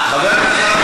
חבר הכנסת חזן,